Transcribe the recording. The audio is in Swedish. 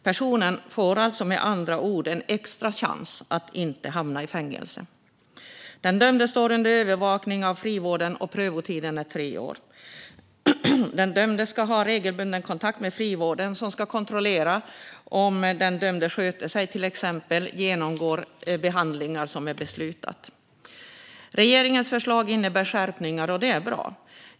Personen får med andra ord en extra chans att inte hamna i fängelse. Den dömde står under övervakning av frivården, och prövotiden är tre år. Den dömde ska ha regelbunden kontakt med frivården, som ska kontrollera att den dömde sköter sig, till exempel genomgår en behandling som är beslutad. Regeringens förslag innebär skärpningar, och det är bra.